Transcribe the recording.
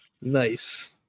Nice